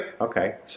okay